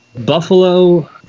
Buffalo